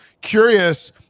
Curious